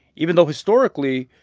even though historically,